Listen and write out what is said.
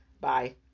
Bye